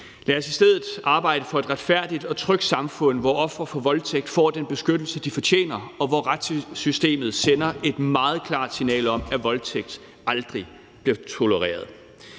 Lad os i stedet arbejde for et retfærdigt og trygt samfund, hvor ofre for voldtægt får den beskyttelse, de fortjener, og hvor retssystemet sender et meget klart signal om, at voldtægt aldrig skal tolereres.